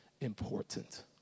important